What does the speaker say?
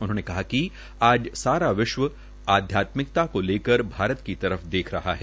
उन्होंने कहा कि आज सारा विश्व अध्यात्मिकता को लेकर भारत की तरफ देख देख रहा है